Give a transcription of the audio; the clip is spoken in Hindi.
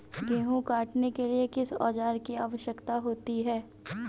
गेहूँ काटने के लिए किस औजार की आवश्यकता होती है?